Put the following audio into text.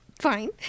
fine